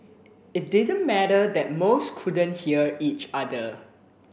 it didn't matter that most couldn't hear each other